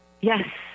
Yes